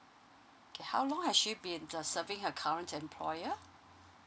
okay how long has she been uh serving her current employer